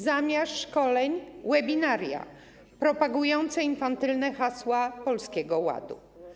Zamiast szkoleń - webinaria propagujące infantylne hasła Polskiego Ładu.